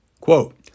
quote